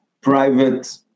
private